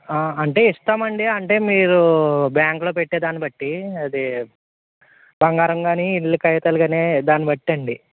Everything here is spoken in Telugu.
అంటే ఇస్తాం అండి అంటే మీరు బ్యాంక్లో పెట్టేదాన్ని బట్టి అది బంగారం కానీ ఇల్లు కాగితాలు కానీ దాన్ని బట్టి అండి